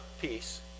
peace